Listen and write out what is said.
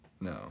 No